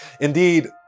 Indeed